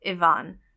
Ivan